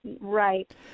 right